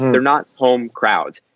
they're not home crowds.